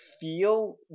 feel